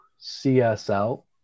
CSL